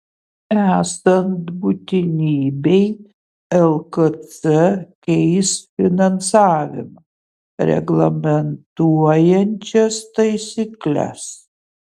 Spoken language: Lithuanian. esant būtinybei lkc keis finansavimą reglamentuojančias taisykles